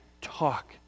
talk